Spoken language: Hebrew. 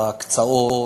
בהקצאות,